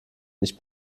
nicht